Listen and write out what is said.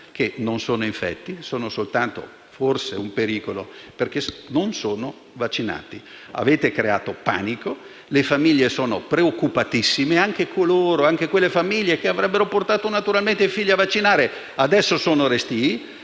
che sono non infetti ma soltanto - forse - un pericolo perché non vaccinati. Avete creato panico, le famiglie sono preoccupatissime e anche quelle che avrebbero portato naturalmente i figli a vaccinarsi adesso sono restie.